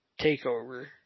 takeover